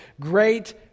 great